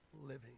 living